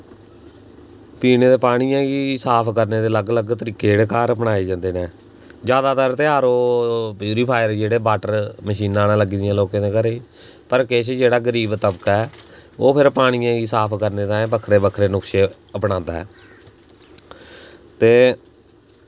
पीने दे पानिया गी साफ करने दे अलग अलग तरीके जेह्ड़े घर अपनाए जंदे न जैदातर ते आर ओ प्यूरिफायर जेह्ड़े बॉटर मशीनां न लग्गी दियां लोकें दे घरें पर किश जेह्ड़ा गरीब तवका ऐ ओह् फिर पानियै गी साफ करने ताहीं बक्खरे बक्खे नुखशे अपनांदा ऐ ते